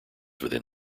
within